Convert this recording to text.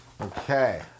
Okay